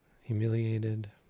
humiliated